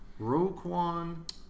Roquan